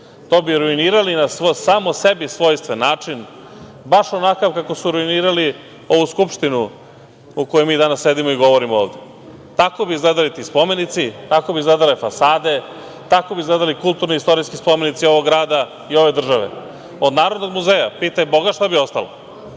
To bi ruinirali na samo sebi svojstven način, baš onakav kako su ruinirali ovu Skupštinu u kojoj mi danas sedimo i govorimo ovde. Tako bi izgledali ti spomenici, tako bi izgledale fasade, tako bi izgledali kulturno-istorijski spomenici ovog grada i ove države. Od Narodnog muzeja pitaj boga šta bi ostalo.